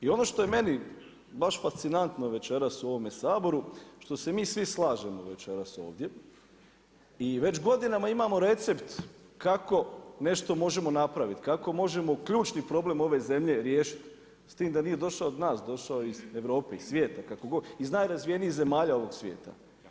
I ono što je meni baš fascinantno večeras u ovome Saboru što se mi svi slažemo večeras ovdje i već godinama imamo recept kako nešto možemo napraviti, kako možemo ključni problem ove zemlje riješiti s time da nije došao od nas, došao je iz Europe, iz svijeta, kako god, iz najrazvijenijih zemalja ovog svijeta.